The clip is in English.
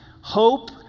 Hope